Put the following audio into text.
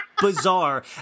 bizarre